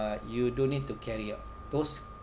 you don't need to carry those